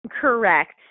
Correct